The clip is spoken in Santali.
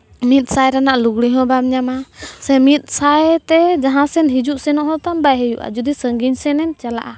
ᱢᱤᱫ ᱥᱟᱭ ᱨᱮᱱᱟᱜ ᱞᱩᱜᱽᱲᱤᱡᱦᱚᱸ ᱵᱟᱢ ᱧᱟᱢᱟ ᱥᱮ ᱢᱤᱫ ᱥᱟᱭᱛᱮ ᱡᱟᱦᱟᱸ ᱥᱮᱫ ᱦᱤᱡᱩᱜᱼᱥᱮᱱᱚᱜᱦᱚᱸ ᱛᱟᱢ ᱵᱟᱭ ᱦᱩᱭᱩᱜᱼᱟ ᱡᱩᱫᱤ ᱥᱟᱹᱜᱤᱧ ᱥᱮᱱᱮᱢ ᱪᱟᱞᱟᱜᱼᱟ